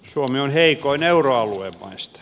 suomi on heikoin euroalueen maista